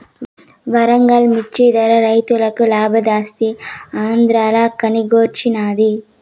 వరంగల్ మిచ్చి ధర రైతులకి లాబాలిస్తీ ఆంద్రాల కన్నిరోచ్చినాది